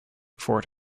fort